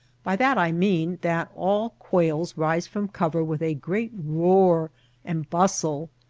by that i mean that all quails rise from cover with a great roar and bustle,